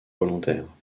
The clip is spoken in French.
volontaire